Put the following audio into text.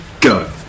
go